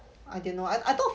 I don't know I thought